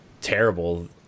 terrible